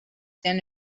than